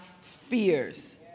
fears